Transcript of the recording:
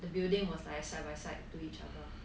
the building was like side by side to each other